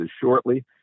shortly